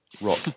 rock